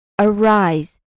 Arise